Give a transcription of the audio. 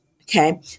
okay